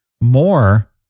more